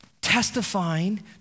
testifying